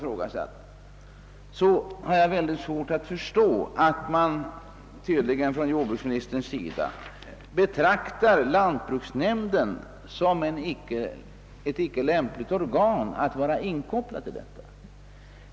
Därför har jag synnerligen svårt att förstå varför jordbruksministern tydligen anser lantbruksnämnden icke vara ett lämpligt organ att koppla in på detta område.